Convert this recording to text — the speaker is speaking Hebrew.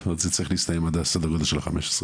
דיוני התקציב